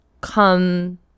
come